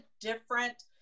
different